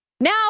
Now